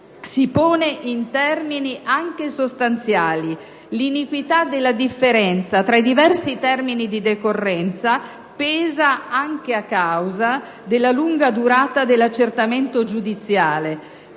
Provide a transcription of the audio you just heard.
si pone in termini anche sostanziali. L'iniquità della differenza tra i diversi termini di decorrenza pesa anche a causa della lunga durata dell'accertamento giudiziale,